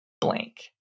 blank